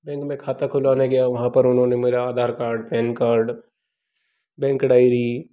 bank में खाता खुलवाने गया वहाँ पर उन्होंने मेरा Aadhaar card PAN card bank diary